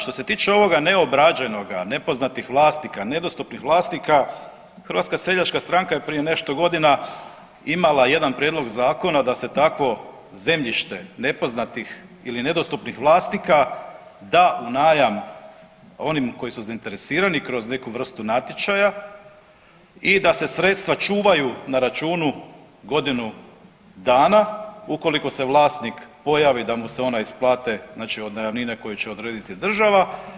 Što se tiče ovoga neobrađenoga, nepoznatih vlasnika, nedostupnih vlasnika Hrvatska seljačka stranka je prije nešto godina imala jedan prijedlog zakona da se takvo zemljište nepoznatih ili nedostupnih vlasnika da u najam onima koji su zainteresirani kroz neku vrstu natječaja i da se sredstva čuvaju na računu godinu dana ukoliko se vlasnik pojavi da mu se ona isplate, znači od najamnine koju će odrediti država.